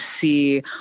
see